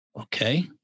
Okay